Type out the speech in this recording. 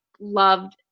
loved